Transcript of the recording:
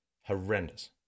Horrendous